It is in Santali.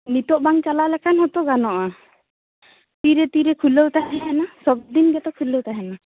ᱱᱤᱛᱳᱜ ᱵᱟᱝ ᱪᱟᱞᱟᱣ ᱞᱮᱱᱠᱷᱟᱱ ᱦᱚᱸᱛᱚ ᱜᱟᱱᱚᱜᱼᱟ ᱛᱤᱨᱮ ᱛᱤᱨᱮ ᱠᱷᱩᱞᱟᱹᱣ ᱛᱟᱦᱮᱸᱱᱟ ᱥᱚᱵᱫᱤᱱ ᱜᱮᱛᱚ ᱠᱷᱩᱞᱟᱹᱣ ᱛᱟᱦᱮᱸᱱᱟ